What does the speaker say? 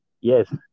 Yes